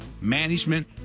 management